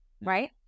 Right